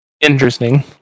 Interesting